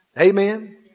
Amen